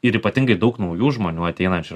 ir ypatingai daug naujų žmonių ateinančių